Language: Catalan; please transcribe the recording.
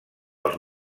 els